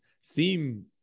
seem